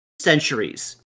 centuries